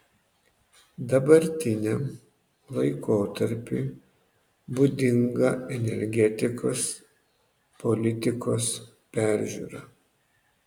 dabartiniam laikotarpiui būdinga energetikos politikos peržiūra